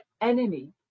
enemy